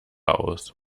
aus